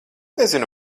nezinu